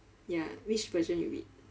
ya which version you read